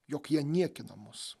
jog jie niekina mus